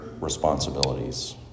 responsibilities